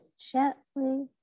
gently